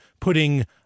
putting